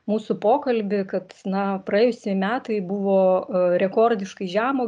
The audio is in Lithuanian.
mūsų pokalbį kad na praėjusi metai buvo rekordiškai žemo